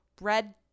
red